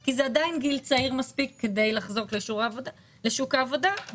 כי זה עדיין גיל צעיר מספיק כדי לחזור לשוק העבודה,